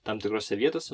tam tikrose vietose